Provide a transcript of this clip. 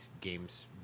games